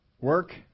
Work